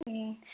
ꯎꯝ